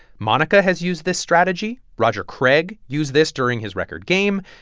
monica has used this strategy. roger craig used this during his record game.